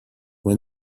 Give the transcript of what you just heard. when